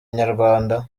inyarwanda